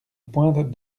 pointe